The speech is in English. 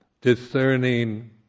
Discerning